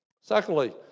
Secondly